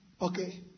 okay